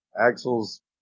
axel's